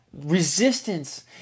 resistance